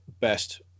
best